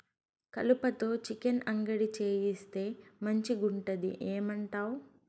కలుపతో చికెన్ అంగడి చేయిస్తే మంచిగుంటది ఏమంటావు